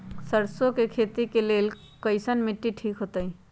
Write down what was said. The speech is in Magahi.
सरसों के खेती के लेल कईसन मिट्टी ठीक हो ताई?